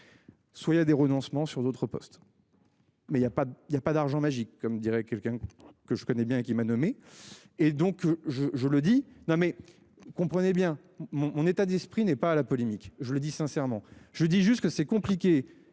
Soit il a des renoncements sur d'autres postes. Mais il y a pas il y a pas d'argent magique comme dirait quelqu'un que je connais bien, qui m'a nommé et donc je, je le dis, non mais. Comprenait bien mon état d'esprit n'est pas à la polémique, je le dis sincèrement, je dis juste que c'est compliqué